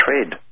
trade